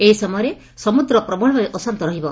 ଏହି ସମୟରେ ସମୁଦ ପ୍ରବଳଭାବେ ଅଶାନ୍ତ ରହିବ